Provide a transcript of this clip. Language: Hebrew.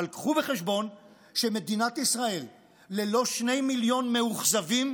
קחו בחשבון שמדינת ישראל ללא שני מיליון מאוכזבים